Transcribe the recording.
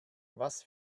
was